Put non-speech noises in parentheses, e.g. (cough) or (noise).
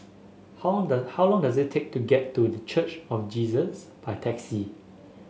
how long (unintelligible) how long does it take to get to The Church of Jesus by taxi